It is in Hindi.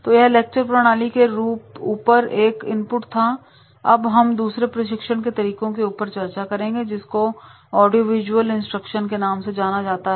तो यह लेक्चर प्रणाली के ऊपर एक इनपुट था अब हम दूसरे प्रशिक्षण के तरीके के ऊपर चर्चा करेंगे जिसको ऑडियोवीजुअल इंस्ट्रक्शन के नाम से जाना जाता है